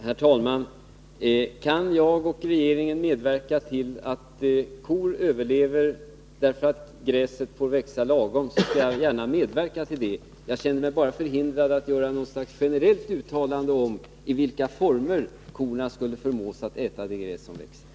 Herr talman! Kan jag och regeringen medverka till att kor överlever, därför att gräset får växa lagom fort, skall jag gärna medverka. Jag känner mig bara förhindrad att göra något slags generellt uttalande om i vilka former korna skall förmås att äta det gräs som växer.